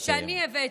שאני הבאתי.